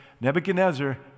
Nebuchadnezzar